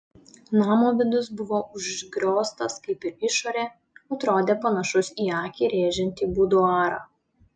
namo vidus buvo užgrioztas kaip ir išorė atrodė panašus į akį rėžiantį buduarą